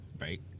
Right